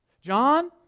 John